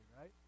right